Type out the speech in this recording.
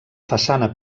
façana